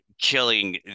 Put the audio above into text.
killing